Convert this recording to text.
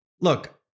look